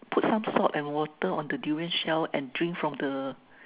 put some salt and water on the durian shell and drink from the